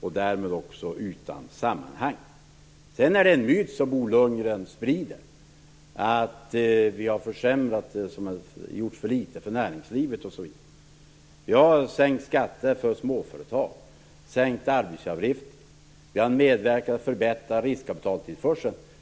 och därmed också utan sammanhang. Sedan är det en myt som Bo Lundgren sprider att vi har försämrat och att vi har gjort för litet för näringslivet osv. Vi har sänkt skatter för småföretag. Vi har sänkt arbetsgivaravgifter. Vi har medverkat till att förbättra riskkapitaltillförseln.